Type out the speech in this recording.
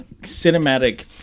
cinematic